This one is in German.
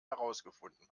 herausgefunden